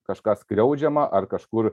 kažką skriaudžiamą ar kažkur